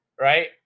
right